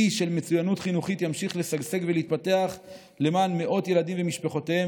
אי של מצוינות חינוכית ימשיך לשגשג ולהתפתח למען מאות ילדים ומשפחותיהם,